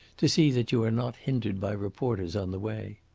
to see that you are not hindered by reporters on the way.